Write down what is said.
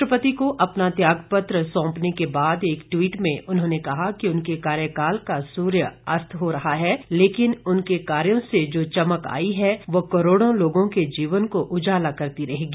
राष्ट्रपति को अपना त्यागपत्र सौंपने के बाद एक ट्वीट में उन्होंने कहा कि उनके कार्यकाल का सूर्य अस्त हो रहा है लेकिन उनके कार्यो से जो चमक आई है वो करोड़ों लोगों के जीवन को उजाला करती रहेगी